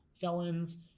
felons